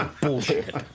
bullshit